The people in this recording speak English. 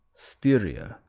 styria